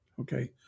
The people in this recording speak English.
okay